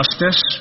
justice